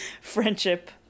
friendship